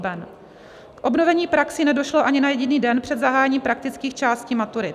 K obnovení praxí nedošlo ani na jediný den před zahájením praktických částí maturit.